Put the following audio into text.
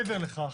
מעבר לכך,